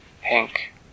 pink